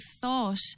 thought